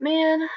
Man